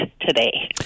today